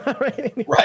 Right